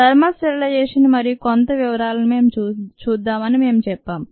thermal sterilisation మరియు కొంత వివరాలను మేం చూద్దాం అని మేం చెప్పాం